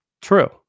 True